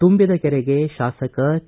ತುಂಬಿದ ಕೆರೆಗೆ ಶಾಸಕ ಕೆ